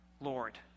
Lord